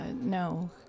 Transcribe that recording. no